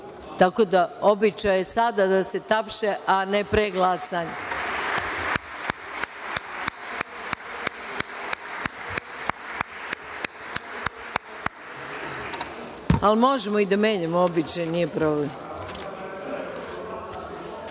Tako običaj je da se sada tapše, a ne pre glasanja, ali možemo i da menjamo običaj, nije problem. Druga